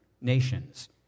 nations